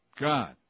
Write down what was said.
God